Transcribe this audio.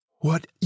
What